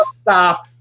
Stop